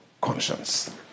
conscience